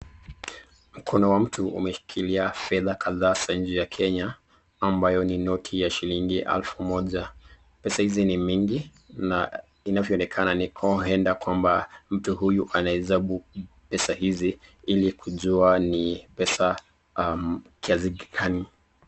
Mkono wa mtu umeshikilia fedha kadhaa ya kenya ambayo ni noti shilingi alfu moja, pesa hizi ni mingi, na inavyoonekana ni uenda kwamba huyu mtu anaesabu pesa hizi ilikujua ni pesa kiasi gani.